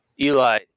eli